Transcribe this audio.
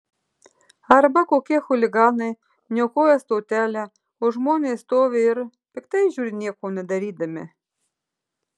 arba kokie chuliganai niokoja stotelę o žmonės stovi ir piktai žiūri nieko nedarydami